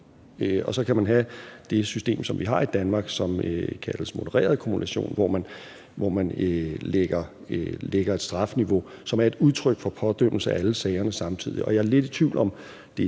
Og så kan man have det system, som vi har i Danmark, som kaldes modereret kumulation, hvor man lægger et strafniveau, som er et udtryk for pådømmelse af alle sagerne samtidig. Og jeg er lidt i tvivl om,